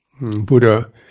Buddha